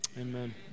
Amen